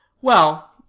well,